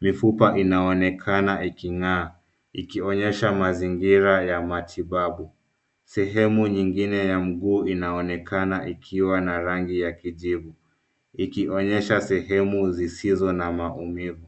Mifupa inaonekana iking'aa ikionyesha mazingira ya matibabu. Sehemu nyingine ya mguu inaonekana ikiwa na rangi ya kijivu ikionyesha sehemu zisizo na maumivu.